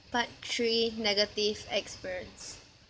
part three negative experience